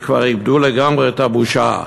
שכבר איבדו לגמרי את הבושה.